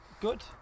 Good